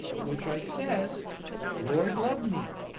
which i says lord love me!